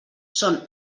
són